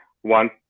one